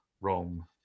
wrong